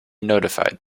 notified